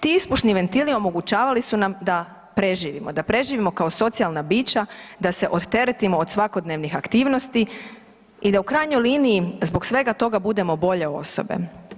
Ti ispušni ventili omogućavali su nam da preživimo, da preživimo kao socijalna bića, da se odteretimo od svakodnevnih aktivnosti i da u krajnjoj liniji, zbog svega toga budemo bolje osobe.